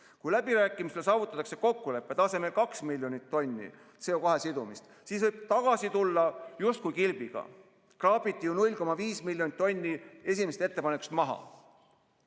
Kui läbirääkimistel saavutatakse kokkulepe tasemel 2 miljonit tonni CO2sidumist, siis võib tagasi tulla justkui kilbiga: kraabiti 0,5 miljonit tonni esimesest ettepanekust maha.